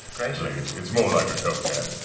it's more like a coke can.